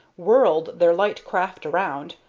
whirled their light craft around,